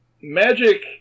magic